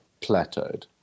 plateaued